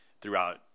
throughout